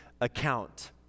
account